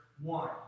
one